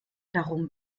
darum